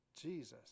Jesus